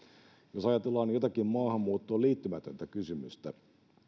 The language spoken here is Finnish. jos ajatellaan jotakin maahanmuuttoon liittymätöntä kysymystä